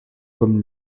comme